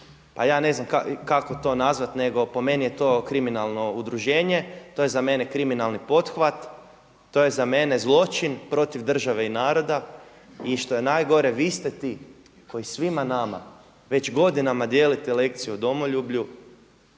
pa ja ne znam kako to nazvati nego po meni je to kriminalno udruženje, to je za mene kriminalni pothvat, to je za mene zločin protiv države i naroda. I što je najgore, vi ste ti koji svima nama već godinama dijelite lekciju o domoljublju,